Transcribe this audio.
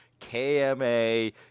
KMA